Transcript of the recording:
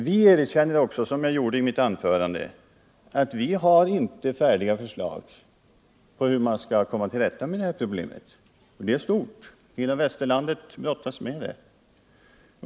Vi erkänner också, som jag gjorde i mitt anförande, att vi inte har färdiga förslag när det gäller hur man skall komma till rätta med det här problemet. Det är stort, och hela västerlandet brottas med det.